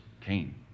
Cain